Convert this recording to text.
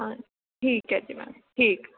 हां ठीक ऐ जी मैम ठीक